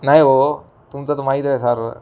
नाही हो तुमचं तर माहिती आहे सर्व